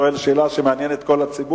אבל אני שואל שאלה שמעניינת את כל הציבור.